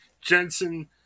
Jensen